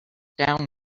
down